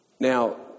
Now